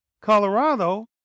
Colorado